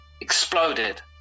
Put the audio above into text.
Exploded